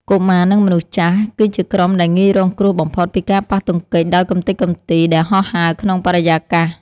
កុមារ និងមនុស្សចាស់ គឺជាក្រុមដែលងាយរងគ្រោះបំផុតពីការប៉ះទង្គិចដោយកម្ទេចកំទីដែលហោះហើរក្នុងបរិយាកាស។